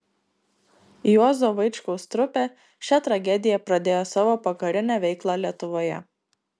juozo vaičkaus trupė šia tragedija pradėjo savo pokarinę veiklą lietuvoje